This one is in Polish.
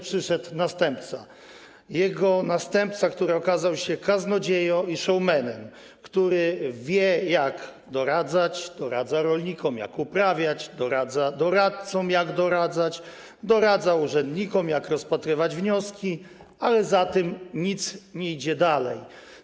Przyszedł jego następca, który okazał się kaznodzieją i showmanem, który wie, jak doradzać: doradza rolnikom, jak uprawiać, doradza doradcom, jak doradzać, doradza urzędnikom, jak rozpatrywać wnioski, ale za tym nie idzie więcej.